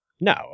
No